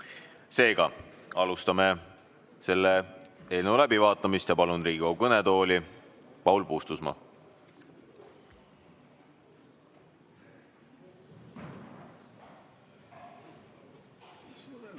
Alustame selle eelnõu läbivaatamist ja palun Riigikogu kõnetooli Paul Puustusmaa.